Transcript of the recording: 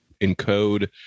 encode